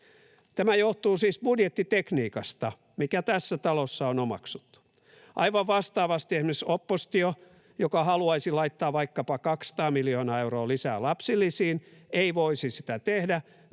Tämä johtuu siis budjettitekniikasta, joka tässä talossa on omaksuttu. Aivan vastaavasti esimerkiksi oppositio, joka haluaisi laittaa vaikkapa 200 miljoonaa euroa lisää lapsilisiin, ei voisi sitä tehdä,